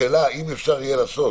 השאלה האם ניתן יהיה לעשות